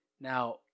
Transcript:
Now